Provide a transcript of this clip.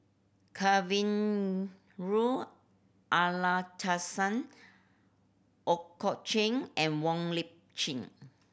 Amallathasan Ooi Kok Chuen and Wong Lip Chin